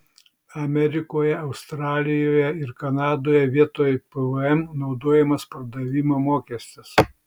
amerikoje australijoje ir kanadoje vietoj pvm naudojamas pardavimo mokestis